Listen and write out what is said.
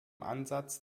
ansatz